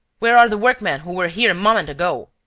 where are the workmen who were here a moment ago?